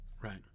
right